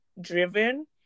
driven